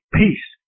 peace